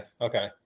okay